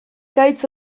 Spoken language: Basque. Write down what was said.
gaitz